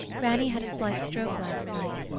granny had a slight stroke last night.